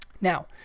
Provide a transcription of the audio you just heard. Now